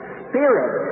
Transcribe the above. spirit